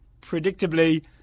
predictably